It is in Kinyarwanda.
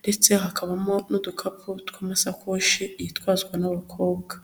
ndetse hakabamo n'udukapu tw'amasakoshi twitwazwa n'abakobwa.